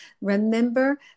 Remember